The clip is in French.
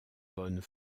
bonnes